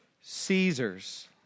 Caesar's